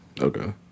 Okay